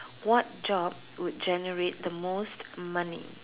what job would generate the most money